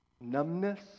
numbness